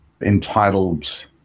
entitled